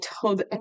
told